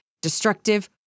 destructive